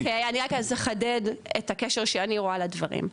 אוקי, אני רק אחדד את הקשר שאני רואה לדברים.